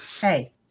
Hey